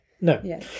no